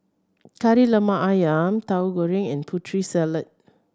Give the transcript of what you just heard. Kari Lemak Ayam Tauhu Goreng and Putri Salad